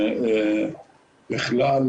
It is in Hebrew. בכלל,